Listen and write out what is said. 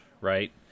right